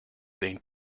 being